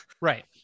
Right